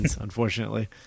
unfortunately